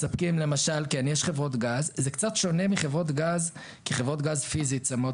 זה קצת שונה מחברות גז כי חברות גז פיזית שמות